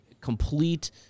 complete